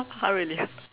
!huh! really